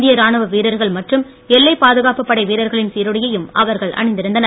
இந்திய ராணுவ வீரர்கள் மற்றும் எல்லைப் பாதுகாப்பு படை வீரர்களின் சீருடையையும் அவர்கள் அணிந்திருந்தனர்